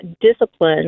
discipline